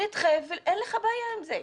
נדחה ואין לך בעיה עם זה.